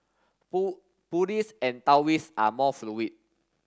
Buddhists and Taoists are more fluid